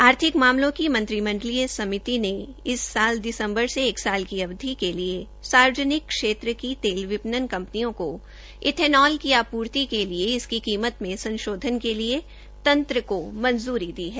आर्थिक मामलों की मंत्रिमंडलीय समिति ने इस साल दिसम्बर से एक एक साल की अवधि के लिए सार्वजनिक क्षेत्र की तेल विपणन कंपनियों इथेनोल की आपूर्ति के लिए इसकी कीमत में संशोधन के लिए तंत्र को मंजूरी दी है